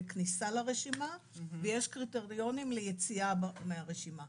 לכניסה לרשימה ויש קריטריונים ליציאה מהרשימה.